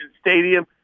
Stadium